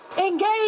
Engage